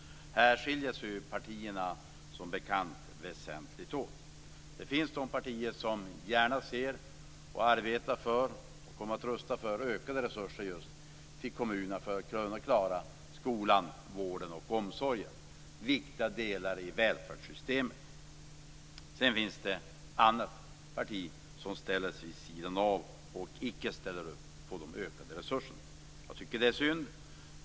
Här skiljer sig partierna, som bekant, väsentligt åt. Det finns de partier som gärna ser, arbetar för och röstar för ökade resurser till kommunerna för att kunna klara skolan, vården och omsorgen. De är viktiga delar i välfärdssystemet. Sedan finns det ett annat parti som ställer sig vid sidan av och icke ställer upp på de ökade resurserna. Det är synd.